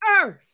earth